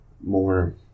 more